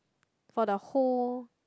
for the whole